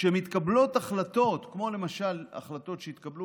כשמתקבלות החלטות כמו למשל החלטות שהתקבלו